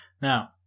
Now